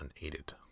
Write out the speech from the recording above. unaided